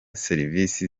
serivisi